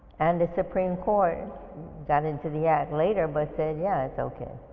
and the supreme court got into the act later but said yeah it's okay.